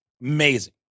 Amazing